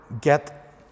get